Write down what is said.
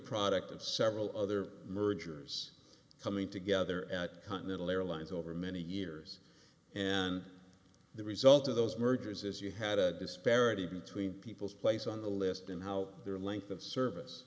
product of several other mergers coming together at continental airlines over many years and the result of those mergers is you had a disparity between people's place on the list and how their length of service